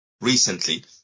recently